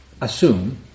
assume